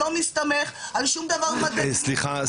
מסתמך על שום דבר מדעי --- סליחה,